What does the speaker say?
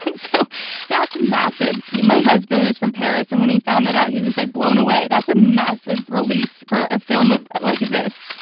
so that's massive. my husband is from paris and when he found that out he was like blown away. that's a massive release for a film like this.